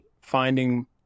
finding